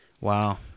Wow